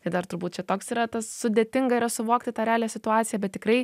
tai dar turbūt čia toks yra tas sudėtinga yra suvokti tą realią situaciją bet tikrai